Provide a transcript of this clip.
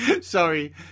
Sorry